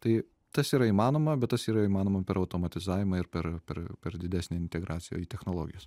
tai tas yra įmanoma bet tas yra įmanoma per automatizavimą ir per per per didesnį integraciją į technologijas